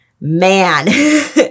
man